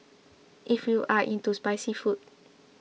if you are into spicy food